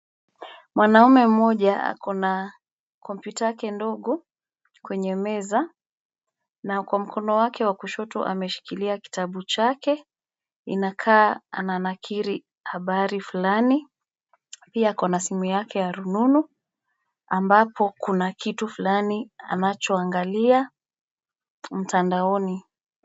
Mwanaume mmoja, ako na kompyuta yake ndogo, kwenye meza, na kwa mkono wake wa kushoto ameshikilia kitabu chake, inakaa ananakiri, habari fulani, pia ako na simu yake ya rununu, ambapo kuna kitu fulani, anachoangalia, mtandaoni.